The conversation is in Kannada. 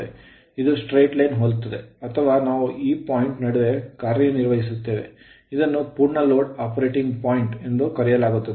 ಇದು straight line ಸರಳ ರೇಖೆಯನ್ನು ಹೋಲುತ್ತದೆ ಅಥವಾ ನಾವು ಈ points ಬಿಂದುಗಳ ನಡುವೆ ಕಾರ್ಯನಿರ್ವಹಿಸುತ್ತೇವೆ ಇದನ್ನು ಪೂರ್ಣ load operating point load operating point ಎಂದು ಕರೆಯಲಾಗುತ್ತದೆ